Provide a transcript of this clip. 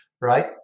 Right